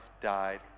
died